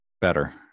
better